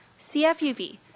CFUV